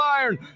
iron